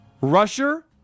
rusher